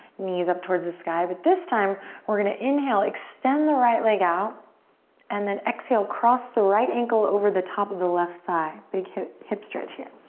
knees up towards the sky. but this time we're gonna inhale, extend the right leg out and then exhale, cross the right ankle over the top of the left thigh. big hip hip stretch here.